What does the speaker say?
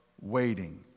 waiting